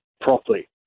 properly